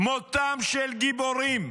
מותם של גיבורים,